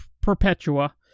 Perpetua